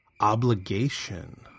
obligation